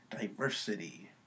DIVERSITY